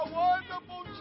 wonderful